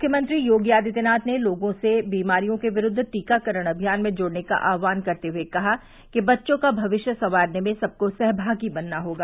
मुख्यमंत्री योगी आदित्यनाथ ने लोगों से बीमारियों के विरूद्व टीकाकरण अमियान में जुड़ने का आह्वान करते हुए कहा कि बच्चों का भविष्य संवारने में सबको सहभागी बनना होगा